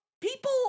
People